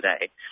today